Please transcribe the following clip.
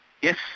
Yes